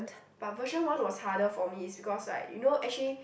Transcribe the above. but version one was harder for me it's because right you know actually